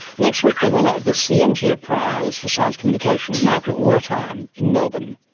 next week the winner of the scientia prize for science communication, margaret wertheim, in melbourne.